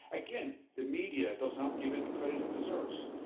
again, the media does not give it credit it deserves.